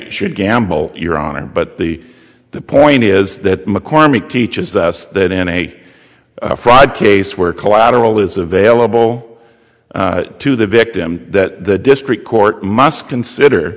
should gamble you're on it but the the point is that mccormick teaches us that in a fraud case where a collateral is available to the victim that district court must consider